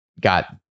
got